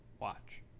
Watch